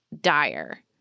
dire